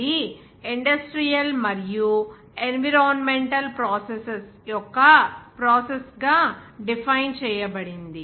అది ఇండస్ట్రియల్ మరియు environmental processes గా డిఫైన్ చేయబడింది